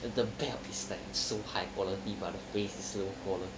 the the belt is so high quality but the face so low quality